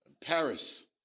Paris